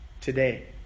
today